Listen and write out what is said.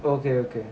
okay okay